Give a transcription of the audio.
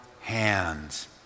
hands